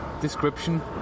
description